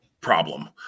problem